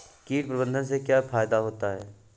कीट प्रबंधन से क्या फायदा होता है?